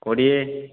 କୋଡ଼ିଏ